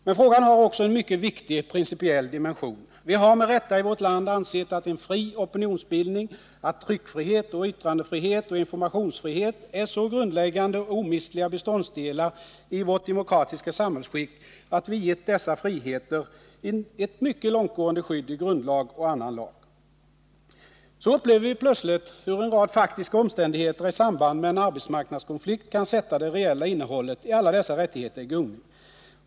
Men frågan har också en mycket viktig principiell dimension. Vi har med rätta i vårt land ansett att en fri opinionsbildning, tryckfrihet, yttrandefrihet och informationsfrihet är så grundläggande och omistliga beståndsdelar i vårt demokratiska samhällsskick att vi gett dessa friheter ett mycket långtgående skydd i grundlag och annan lag. Så upplever vi plötsligt hur en rad faktiska omständigheter i samband med en arbetsmarknadskonflikt kan sätta det reella innehållet i alla dessa rättigheter i gungning.